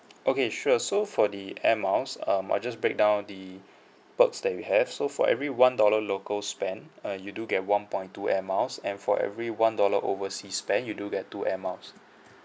okay sure so for the air miles um I'll just break down the perks that we have so for every one dollar local spent uh you do get one point two air miles and for every one dollar overseas spent you do get two air miles